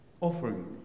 offering